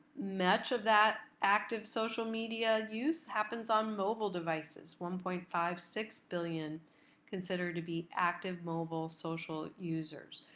much of that active social media use happens on mobile devices, one point five six billion considered to be active mobile social users.